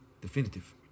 definitive